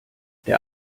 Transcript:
der